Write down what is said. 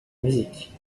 musique